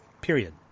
Period